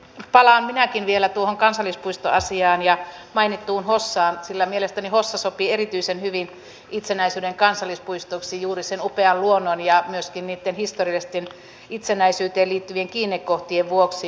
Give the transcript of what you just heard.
palaan minäkin vielä tuohon kansallispuistoasiaan ja mainittuun hossaan sillä mielestäni hossa sopii erityisen hyvin itsenäisyyden kansallispuistoksi juuri sen upean luonnon ja myöskin niitten historiallisten itsenäisyyteen liittyvien kiinnekohtien vuoksi